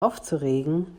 aufzuregen